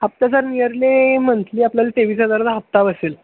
हप्ता sir nearly monthly आपल्याला तेवीस हजाराचा हप्ता बसेल